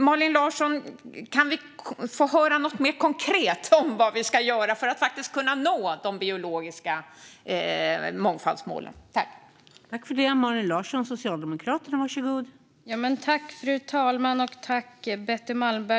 Malin Larsson, kan vi få höra något mer konkret om vad vi ska göra för att faktiskt kunna nå de biologiska mångfaldsmålen?